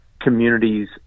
communities